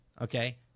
okay